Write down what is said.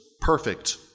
perfect